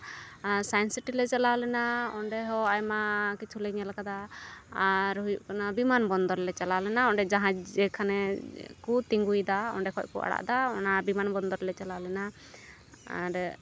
ᱟᱨ science city ᱞᱮ ᱪᱟᱞᱟᱣ ᱞᱮᱱᱟ ᱚᱸᱰᱮ ᱦᱚᱸ ᱟᱭᱢᱟ ᱠᱤᱪᱷᱩ ᱞᱮ ᱧᱮᱞ ᱠᱟᱫᱟ ᱟᱨ ᱦᱩᱭᱩᱜ ᱠᱟᱱᱟ ᱵᱤᱢᱟᱱ ᱵᱚᱱᱫᱚᱨ ᱞᱮ ᱪᱟᱞᱟᱣ ᱞᱮᱱᱟ ᱚᱸᱰᱮ ᱡᱟᱦᱟᱡᱽ ᱡᱮᱠᱷᱟᱱᱮ ᱠᱚ ᱛᱤᱸᱜᱩᱭᱫᱟ ᱚᱸᱰᱮ ᱠᱷᱚᱱ ᱠᱚ ᱟᱲᱟᱜᱼᱫᱟ ᱚᱱᱟ ᱵᱤᱢᱟᱱ ᱵᱚᱱᱫᱚᱨ ᱞᱮ ᱪᱟᱞᱟᱣ ᱞᱮᱱᱟ ᱦᱟᱸᱰᱮ